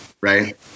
Right